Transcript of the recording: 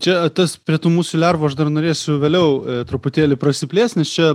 čia tas prie tų musių lervų aš dar norėsiu vėliau truputėlį prasiplėst nes čia